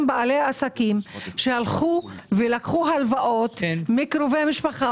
בעלי עסקים שהלכו ולקחו הלוואות מקרובי משפחה